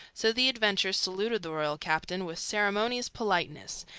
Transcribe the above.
so the adventure saluted the royal captain with ceremonious politeness,